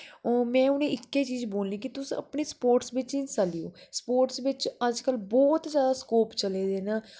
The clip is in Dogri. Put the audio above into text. ओह् में उनेंगी इक्कै चीज बोलनी कि तुस अपने स्पोर्टस बिच हिस्सा लेऔ स्पोर्टस बिच अजकल बहुत ज्यादा स्कोप चले दे न